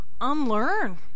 unlearn